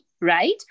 Right